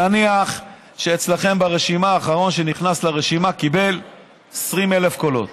נניח שאצלכם ברשימה האחרון שנכנס לרשימה קיבל 20,000 קולות,